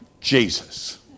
Jesus